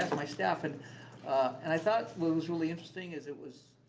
um but my staff, and and i thought what was really interesting is it was,